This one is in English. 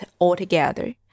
altogether